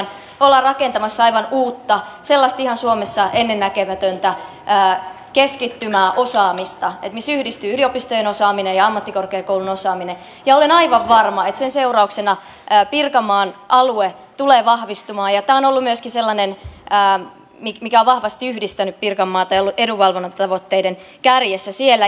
me olemme rakentamassa aivan uutta sellaista suomessa ihan ennennäkemätöntä keskittymää osaamista missä yhdistyvät yliopistojen osaaminen ja ammattikorkeakoulun osaaminen ja olen aivan varma että sen seurauksena pirkanmaan alue tulee vahvistumaan ja tämä on ollut myöskin sellainen mikä on vahvasti yhdistänyt pirkanmaata ja ollut edunvalvonnan tavoitteiden kärjessä siellä